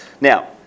Now